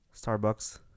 Starbucks